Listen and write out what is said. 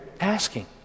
asking